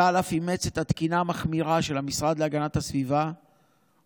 צה"ל אף אימץ את התקינה המחמירה של המשרד להגנת הסביבה ומחיל